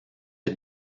est